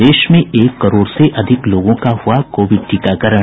और देश में एक करोड़ से अधिक लोगों का हुआ कोविड टीकाकारण